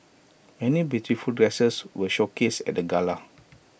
many beautiful dresses were showcased at the gala